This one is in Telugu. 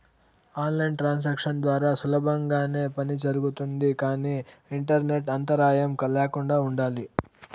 ఆన్ లైన్ ట్రాన్సాక్షన్స్ ద్వారా సులభంగానే పని జరుగుతుంది కానీ ఇంటర్నెట్ అంతరాయం ల్యాకుండా ఉండాలి